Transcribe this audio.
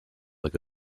like